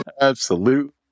Absolute